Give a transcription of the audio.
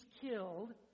killed